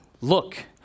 look